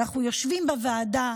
אנחנו יושבים בוועדה